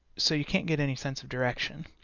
so you can't get any sense of direction.